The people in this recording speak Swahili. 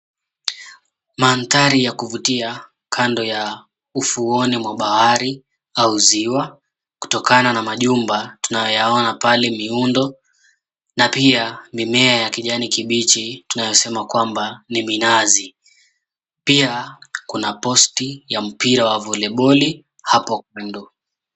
Mandhari ya kuvutia, kando ya ufuoni mwa bahari au ziwa. Kutokana na majumba tunayaona pale miundo, na pia mimea ya kijani kibichi tunasema kwamba ni minazi. Pia kuna posti ya mpira wa voliboli hapo kando.